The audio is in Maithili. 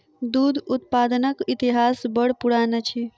दूध उत्पादनक इतिहास बड़ पुरान अछि